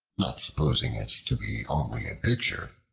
not supposing it to be only a picture,